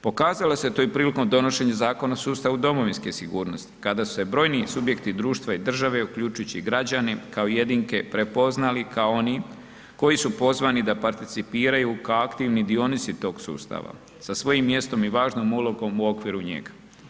Pokazalo se to i prilikom donošenja Zakona o sustavu domovinske sigurnosti kada su se brojni subjekti društva i države, uključujući i građani kao jedinke prepoznali kao oni koji su pozvani da participiraju kao aktivni dionici tog sustava sa svojim mjestom i važnom ulogom u okviru njega.